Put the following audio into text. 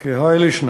כהאי לישנא: